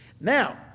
Now